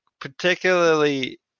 particularly